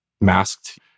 masked